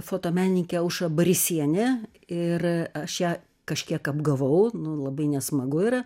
fotomenininkė aušra barysienė ir aš ją kažkiek apgavau nu labai nesmagu yra